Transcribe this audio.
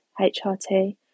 HRT